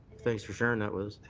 thanks for sharing that with